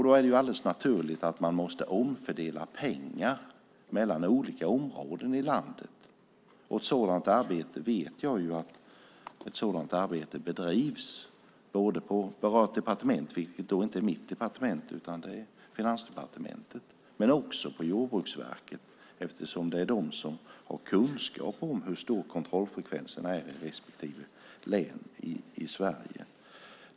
Då är det naturligt att man måste omfördela pengar mellan olika områden i landet. Jag vet att ett sådant arbete bedrivs både på det berörda departementet, vilket alltså inte är mitt departement utan Finansdepartement, och också på Jordbruksverket eftersom de har kunskap om hur stor kontrollfrekvensen är i respektive län i Sverige.